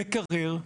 מקרר,